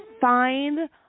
find